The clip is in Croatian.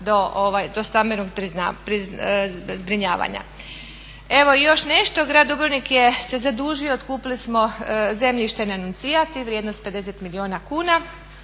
do stambenog zbrinjavanja. Evo i još nešto, grad Dubrovnik se zadužio, otkupili smo zemljište nenuncijat i vrijednost 50 milijuna kuna